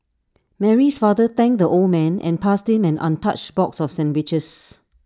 Mary's father thanked the old man and passed him an untouched box of sandwiches